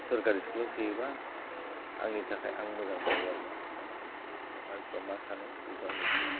सोरखारि स्कुलाव सोयोब्ला आंनि थाखाय आं मोजां मोनो आरो दा मानसिफोरा मा सानो बेखौ आं मिनथिला